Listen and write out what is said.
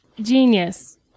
genius